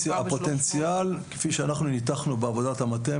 הפוטנציאל כפי שאנחנו ניתחנו בעבודת המטה,